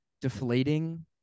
deflating